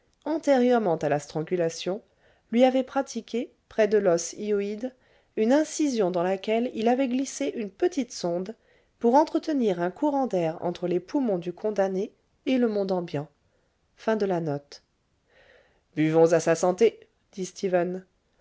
antérieurement à la strangulation lui avait pratiqué près de l'os hyoïde une incision dans laquelle il avait glissé une petite sonde pour entretenir un courant d'air entre les poumons du condamné et le monde ambiant buvons à sa santé dit stephen